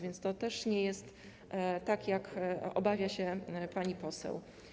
Więc to też nie jest tak, jak obawia się pani poseł.